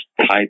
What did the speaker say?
type